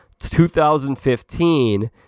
2015